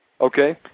Okay